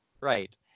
Right